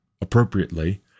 appropriately